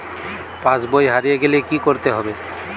পাশবই হারিয়ে গেলে কি করতে হবে?